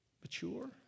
mature